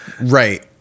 Right